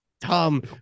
Tom